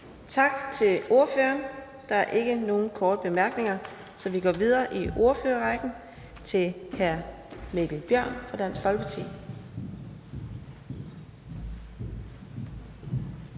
Tak til ordføreren. Der er ikke nogen korte bemærkninger, så vi går videre i ordførerrækken til hr. Mikkel Bjørn fra Dansk Folkeparti.